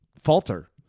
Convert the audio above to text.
falter